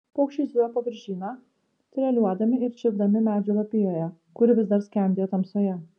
paukščiai zujo po viržyną treliuodami ir čirpdami medžių lapijoje kuri vis dar skendėjo tamsoje